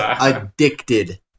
addicted